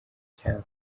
cyabo